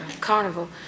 carnival